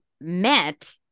met